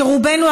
שרובנו,